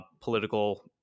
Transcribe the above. political